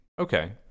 Okay